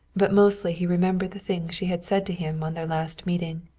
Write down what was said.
but mostly he remembered the things she had said to him on their last meeting.